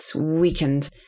weakened